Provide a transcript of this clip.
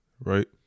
right